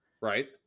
Right